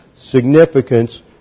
significance